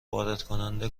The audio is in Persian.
واردکننده